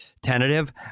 tentative